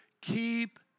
Keep